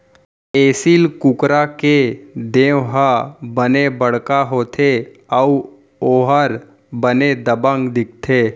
एसील कुकरा के देंव ह बने बड़का होथे अउ ओहर बने दबंग दिखथे